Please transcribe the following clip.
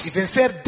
vencer